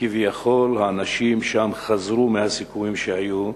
שכביכול האנשים שם חזרו מהסיכומים שהיו,